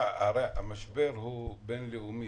המשבר הוא בין לאומי,